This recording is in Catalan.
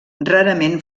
rarament